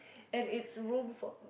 and it's room for